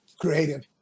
creative